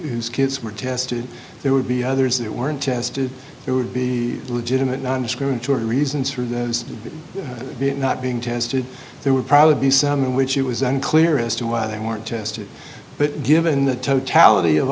whose kids were tested there would be others that weren't tested there would be legitimate nondiscriminatory reasons for that is not being tested there would probably be some in which it was unclear as to why they weren't tested but given the totality of